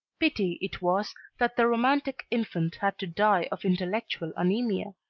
pity it was that the romantic infant had to die of intellectual anaemia,